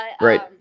Right